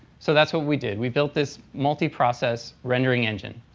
so that's what we did. we built this multiprocess rendering engine,